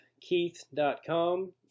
keith.com